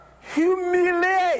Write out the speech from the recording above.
humiliate